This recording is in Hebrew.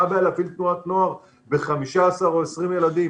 מה הבעיה להפעיל תנועת נוער ב-15 או ב-20 ילדים?